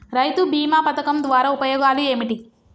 రైతు బీమా పథకం ద్వారా ఉపయోగాలు ఏమిటి?